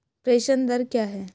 प्रेषण दर क्या है?